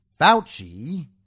Fauci